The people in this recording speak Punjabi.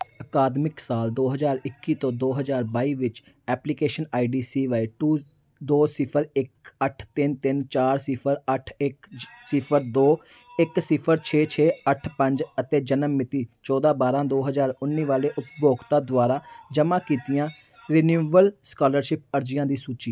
ਅਕਾਦਮਿਕ ਸਾਲ ਦੋ ਹਜ਼ਾਰ ਇੱਕੀ ਤੋਂ ਦੋ ਹਜ਼ਾਰ ਬਾਈ ਵਿੱਚ application I D C Y two ਦੋ ਸਿਫਰ ਇੱਕ ਅੱਠ ਤਿੰਨ ਤਿੰਨ ਚਾਰ ਸਿਫਰ ਅੱਠ ਇੱਕ ਸਿਫਰ ਦੋ ਇੱਕ ਸਿਫਰ ਛੇ ਛੇ ਅੱਠ ਪੰਜ ਅਤੇ ਜਨਮ ਮਿਤੀ ਚੌਦ੍ਹਾਂ ਬਾਰ੍ਹਾਂ ਦੋ ਹਜ਼ਾਰ ਉੱਨੀ ਵਾਲੇ ਉਪਭੋਗਤਾ ਦੁਆਰਾ ਜਮ੍ਹਾਂ ਕੀਤੀਆਂ ਰਿਨਿਵੇਲ ਸਕਾਲਰਸ਼ਿਪ ਅਰਜ਼ੀਆਂ ਦੀ ਸੂਚੀ